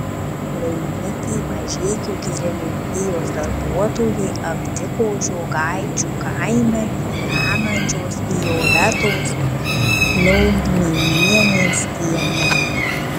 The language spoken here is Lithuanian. laimikį mažeikių girininkijos darbuotojai aptiko žiogaičių kaime gyvenančios violetos liaugminienės kieme